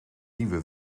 nieuwe